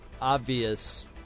obvious